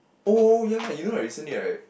oh ya you know right recently right